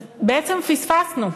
אז בעצם פספסנו.